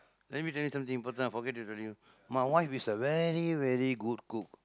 let me tell you something இப்பதான்:ippathaan I forget to tell you my wife is a very very good cook